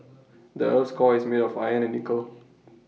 the Earth's core is made of iron and nickel